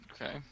okay